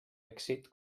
èxit